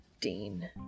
Dean